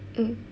mmhmm